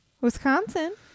Wisconsin